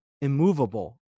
immovable